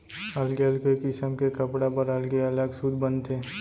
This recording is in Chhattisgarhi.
अलगे अलगे किसम के कपड़ा बर अलगे अलग सूत बनथे